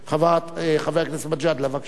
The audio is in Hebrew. חבר הכנסת מג'אדלה, בבקשה, אדוני.